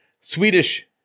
Swedish